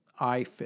iFit